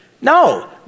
No